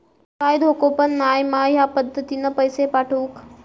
काय धोको पन नाय मा ह्या पद्धतीनं पैसे पाठउक?